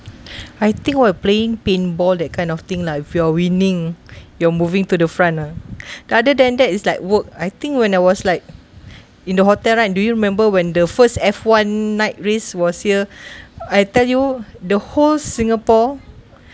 I think we're playing paintball that kind of thing lah if you are winning you are moving to the front ah other than that it's like work I think when I was like in the hotel right do you remember when the first F_one night race was here I tell you the whole singapore